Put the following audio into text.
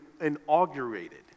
inaugurated